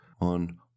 on